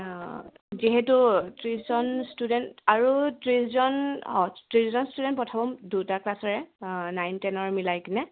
অঁ যিহেতু ত্ৰিছজন ষ্টুডেণ্ট আৰু ত্ৰিছজন অঁ ত্ৰিছজন ষ্টুডেণ্ট পঠাম দুটা ক্লছৰে নাইন টেনৰ মিলাই কিনে